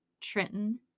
Trenton